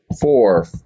four